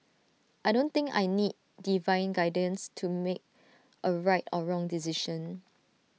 I don't think I need divine guidance to make A right or wrong decision